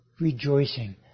rejoicing